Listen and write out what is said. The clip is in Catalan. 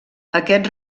aquests